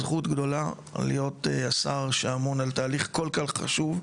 זכות גדולה להיות השר שאמון על תהליך כל כך חשוב,